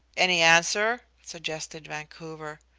any answer? suggested vancouver.